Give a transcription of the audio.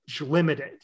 Limited